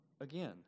again